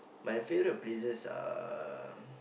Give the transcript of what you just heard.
my favourite places are